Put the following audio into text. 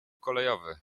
kolejowy